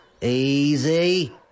Easy